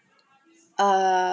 err